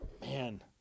Man